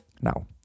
Now